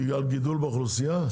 בגלל גידול באוכלוסייה?